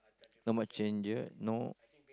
not much change no